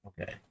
Okay